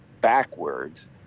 backwards